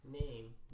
Name